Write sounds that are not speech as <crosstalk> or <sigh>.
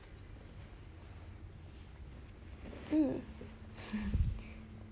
mm <laughs>